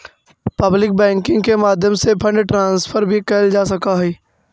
public banking के माध्यम से फंड ट्रांसफर भी कैल जा सकऽ हइ